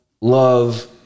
love